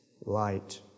light